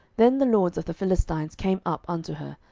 then the lords of the philistines came up unto her,